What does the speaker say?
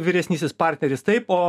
vyresnysis partneris taip o